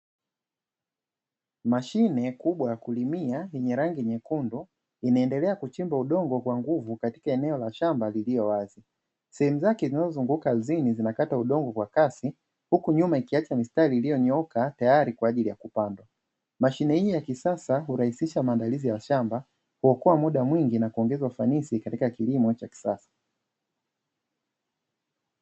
Mashine kubwa ya kulimia yenye rangi nyekundu inaendelea kuchimba udongo kwa nguvu katika eneo la shamba liliowazi. Sehemu zake zinazozunguka ardhini zinakata udongo kwa kasi huku nyuma ikiacha mistari iliyonyooka tayari kwa ajili ya kupandwa. Mashine hii ya kisasa hurahisisha maandalizi ya shamba huokoa muda mwingi na kuongeza ufanisi katika kilimo cha kisasa.